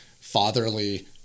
fatherly